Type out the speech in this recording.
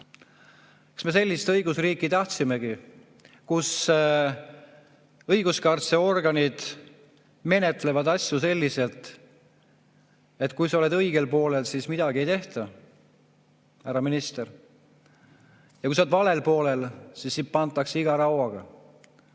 Kas me sellist õigusriiki tahtsimegi, kus õiguskaitseorganid menetlevad asju selliselt, et kui sa oled õigel poolel, siis midagi ei tehta, härra minister? Ja kui sa oled valel poolel, siis sulle antakse täie rauaga.